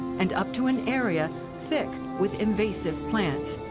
and up to an area thick with invasive plants!